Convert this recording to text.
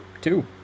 Two